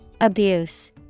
Abuse